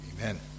Amen